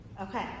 Okay